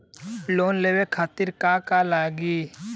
Loan लेवे खातीर का का लगी?